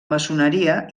maçoneria